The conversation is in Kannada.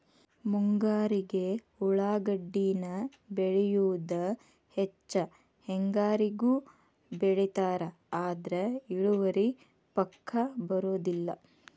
ಮುಂಗಾರಿಗೆ ಉಳಾಗಡ್ಡಿನ ಬೆಳಿಯುದ ಹೆಚ್ಚ ಹೆಂಗಾರಿಗೂ ಬೆಳಿತಾರ ಆದ್ರ ಇಳುವರಿ ಪಕ್ಕಾ ಬರುದಿಲ್ಲ